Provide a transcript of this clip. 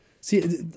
See